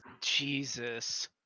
Jesus